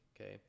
okay